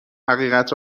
حقیقت